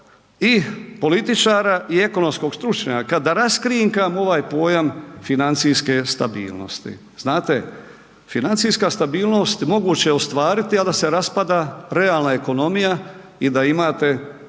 i političara i ekonomskog stručnjaka da raskrinkam ovaj pojam financijske stabilnosti, znate financijska stabilnost moguće je ostvariti, a da se raspada prealna ekonomija i da imate